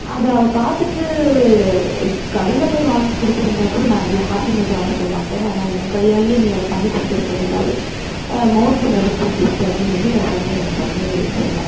அதை அவள் பார்த்துட்டு கடையில் போய் வாங்கி கொடுத்துருந்தா கூட நான் இவ்வளோ ஹாப்பினஸ் ஆகிருக்கமாட்டேன் ஆனால் உன் கையாலியே நீ அதை பண்ணிக் கொடுத்துருக்கன்னும் போது மோஸ்ட் மெமரபுல் கிஃப்ட் அப்படின்னு வந்து என் ஃபிரெண்ட் எனக்கு வந்து சொன்னால்